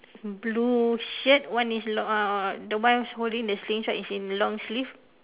blue shirt one is long uh the one holding the slingshot is in long sleeve